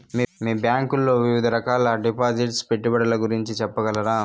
మీ bank లో వివిధ రకాల డిపాసిట్స్, పెట్టుబడుల గురించి సెప్పగలరా?